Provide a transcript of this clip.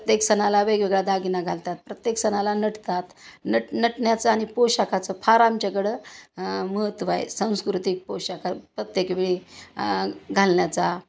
प्रत्येक सणाला वेगवेगळ्या दागिनां घालतात प्रत्येक सणाला नटतात नट नटण्याचं आणि पोशाखचं फार आमच्याकडं महत्त्व आहे सांस्कृतिक पोशाख प्रत्येक वेळी घालण्याचा